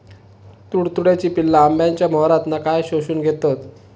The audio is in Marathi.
तुडतुड्याची पिल्ला आंब्याच्या मोहरातना काय शोशून घेतत?